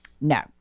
No